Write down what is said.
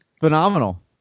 phenomenal